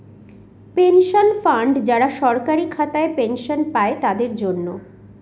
pension fund যারা সরকারি খাতায় পেনশন পাই তাদের জন্য